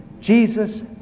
Jesus